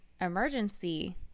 emergency